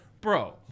Bro